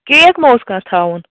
cake ما اوس کانٛہہ تھاوُن